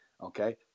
okay